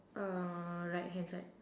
uh right hand side